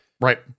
right